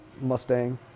Mustang